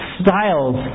styles